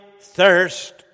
thirst